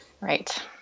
Right